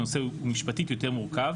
הנושא הוא משפטית יותר מורכב